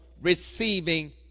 receiving